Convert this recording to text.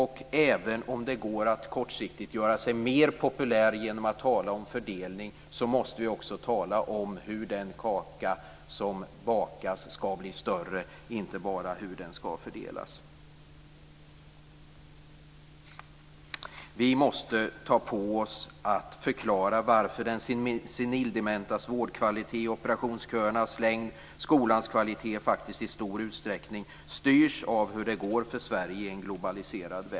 Och även om det går att kortsiktigt göra sig mer populär genom att tala om fördelning måste vi också tala om hur den kaka som bakas ska bli större och inte bara om hur den ska fördelas.